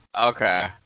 Okay